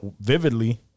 vividly